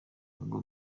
ngo